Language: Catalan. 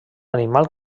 animal